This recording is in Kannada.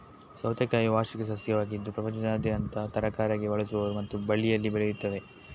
ಸೌತೆಕಾಯಿ ವಾರ್ಷಿಕ ಸಸ್ಯವಾಗಿದ್ದು ಪ್ರಪಂಚದಾದ್ಯಂತ ತರಕಾರಿಯಾಗಿ ಬಳಸುವರು ಮತ್ತು ಬಳ್ಳಿಯಲ್ಲಿ ಬೆಳೆಯುತ್ತವೆ